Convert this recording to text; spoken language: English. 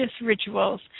rituals